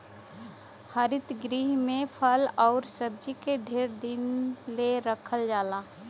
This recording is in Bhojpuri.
हरित गृह में फल आउर सब्जी के ढेर दिन ले रखल जाला